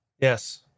Yes